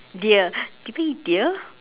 deer people eat deer